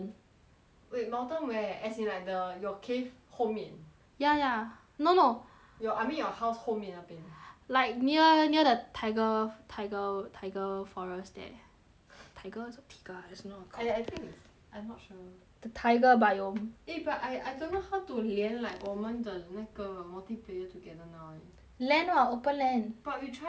ait mountain where as in like the your cave 后面 ya ya no no your I mean your house 后面那边 like near near the taiga taiga taiga forest there taiga or teeger I just know I I think I'm not sure the taiga biome eh but I I don't know how to 连 like 我们的那个 multiplayer together now eh land what open land but you tried just now